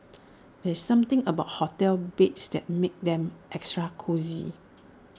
there's something about hotel beds that makes them extra cosy